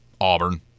Auburn